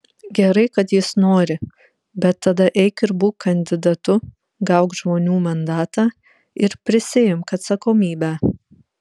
gerai kad jis nori bet tada eik ir būk kandidatu gauk žmonių mandatą ir prisiimk atsakomybę